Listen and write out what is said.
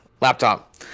laptop